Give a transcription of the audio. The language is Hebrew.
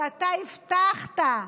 שאתה הבטחת,